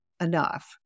enough